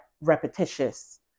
repetitious